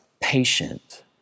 patient